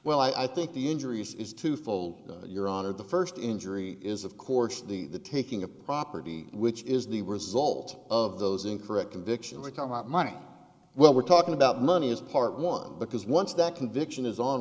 well i think the injuries is twofold your honor the first injury is of course the the taking of property which is the result of those incorrect convictions or talk about money well we're talking about money as part one because once that conviction is on